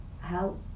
help